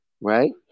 right